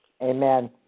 Amen